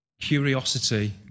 curiosity